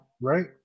right